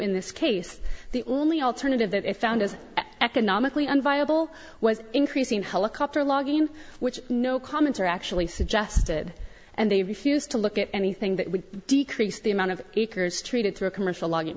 in this case the only alternative that it found as economically and viable was increasing helicopter logging in which no commenter actually suggested and they refused to look at anything that would decrease the amount of eaker is treated through a commercial logging